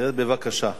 בבקשה.